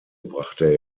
brachte